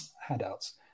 handouts